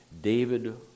David